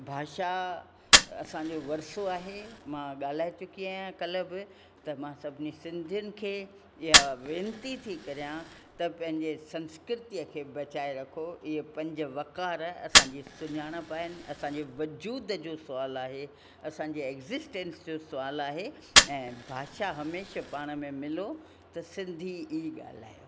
भाषा असां जो आहे मां ॻाल्हाए चुकी आहियां कल्ह बि त मां सभिनी सिंधियुनि खे इहा वेनिती थी करियां त पंहिंजे संस्कृतीअ खे बचाए रखो इहे पंज वकार असां जी सुञाणप आहिनि असां जे वजूद जो सुवाल आहे असां जे एगज़िसिटंस जो सुवाल आहे ऐं भाषा हमेशह पाण में मिलो त सिंधी ई ॻाल्हायो